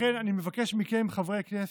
לכן אני מבקש מכם, חברי הכנסת,